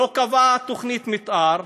לא קבעה תוכנית מתאר,